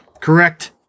Correct